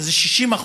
וזה 60%,